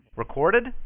Recorded